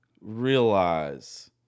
realize